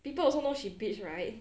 people also know she bitch right